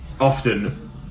Often